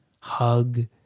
hug